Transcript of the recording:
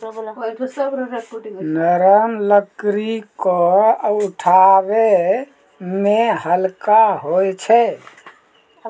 नरम लकड़ी क उठावै मे हल्का होय छै